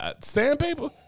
Sandpaper